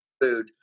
food